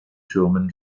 türmen